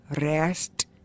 rest